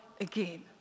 again